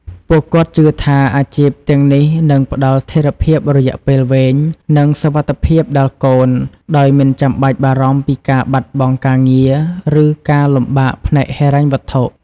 ពួកគាត់ជឿថា អាជីពទាំងនេះនឹងផ្ដល់ស្ថិរភាពរយៈពេលវែង និងសុវត្ថិភាពដល់កូន ដោយមិនចាំបាច់បារម្ភពីការបាត់បង់ការងារ ឬការលំបាកផ្នែកហិរញ្ញវត្ថុ។